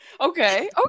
okay